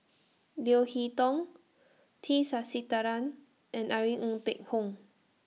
Leo Hee Tong T Sasitharan and Irene Ng Phek Hoong